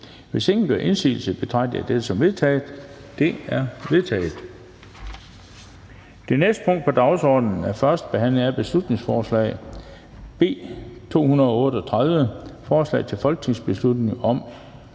Hvis ingen gør indsigelse, betragter jeg det som vedtaget. Det er vedtaget. --- Det næste punkt på dagsordenen er: 8) 1. behandling af beslutningsforslag nr. B 214: Forslag til folketingsbeslutning om